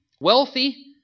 wealthy